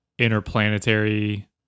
interplanetary